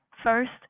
First